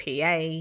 PA